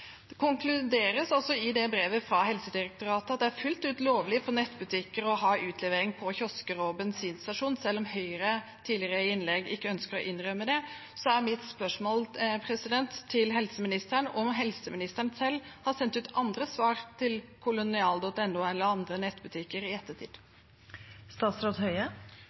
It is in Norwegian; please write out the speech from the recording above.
Det konkluderes altså i brevet fra Helsedirektoratet med at det er fullt ut lovlig for nettbutikker å ha utlevering på kiosker og bensinstasjoner, selv om Høyre i innlegg tidligere ikke ønsker å innrømme det. Da er mitt spørsmål til helseministeren om helseministeren selv har sendt ut andre svar til kolonial.no eller andre nettbutikker i